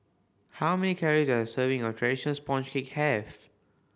how many calorie does serving of traditional sponge cake have